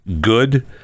good